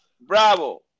Bravo